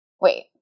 Wait